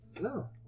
No